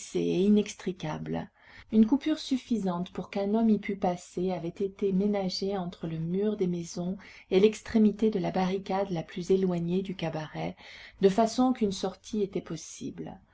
inextricable une coupure suffisante pour qu'un homme y pût passer avait été ménagée entre le mur des maisons et l'extrémité de la barricade la plus éloignée du cabaret de façon qu'une sortie était possible